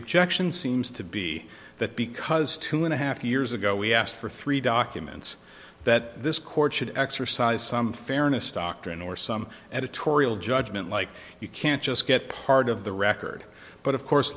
objection seems to be that because two and a half years ago we asked for three documents that this court should exercise some fairness doctrine or some editorial judgment like you can't just get part of the record but of course